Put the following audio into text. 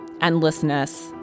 endlessness